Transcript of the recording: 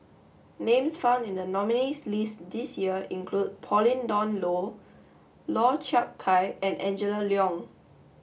names found in the nominees' list this year include Pauline Dawn Loh Lau Chiap Khai and Angela Liong